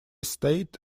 stayed